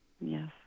Yes